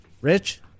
Rich